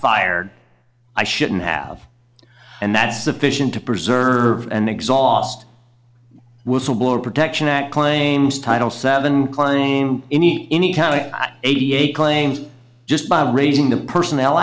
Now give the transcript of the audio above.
fired i shouldn't have and that is sufficient to preserve and exhaust whistleblower protection act claims title seven claim any any time i got eighty eight claims just by raising the personnel